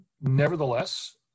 Nevertheless